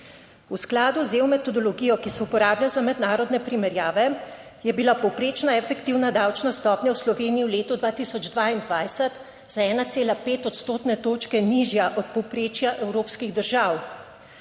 V skladu z EU metodologijo, ki se uporablja za mednarodne primerjave, je bila povprečna efektivna davčna stopnja v Sloveniji v letu 2022 za 1,5 odstotne točke nižja od povprečja evropskih držav.